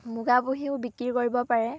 মুগা পুহিও বিক্ৰী কৰিব পাৰে